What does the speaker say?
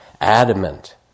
adamant